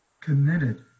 committed